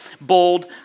bold